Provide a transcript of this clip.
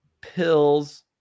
pills